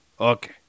Okay